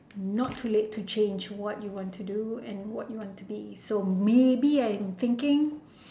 not too late to change what you want to do and what you want to be so maybe I'm thinking